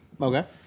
Okay